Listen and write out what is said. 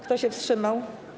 Kto się wstrzymał?